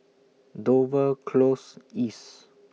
Dover Close East